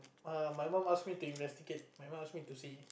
my mum ask me to investigate my mum ask me to see